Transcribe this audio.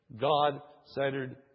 God-centered